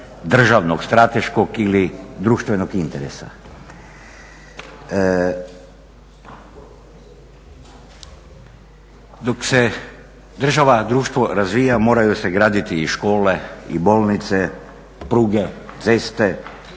državnog strateškog ili društvenog interesa. Dok se država, društvo razvija moraju se graditi i škole i bolnice, pruge, ceste,